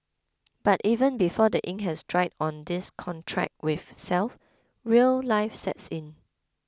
but even before the ink has dried on this contract with self real life sets in